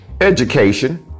Education